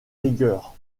rigueur